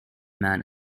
man